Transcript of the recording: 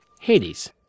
Hades